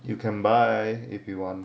you can buy if you want